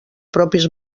propis